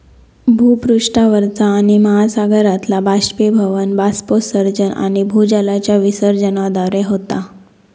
भूपृष्ठावरचा पाणि महासागरातला बाष्पीभवन, बाष्पोत्सर्जन आणि भूजलाच्या विसर्जनाद्वारे होता